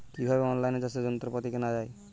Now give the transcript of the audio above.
কিভাবে অন লাইনে চাষের যন্ত্রপাতি কেনা য়ায়?